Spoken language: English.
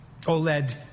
OLED